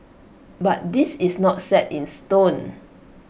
but this is not set in stone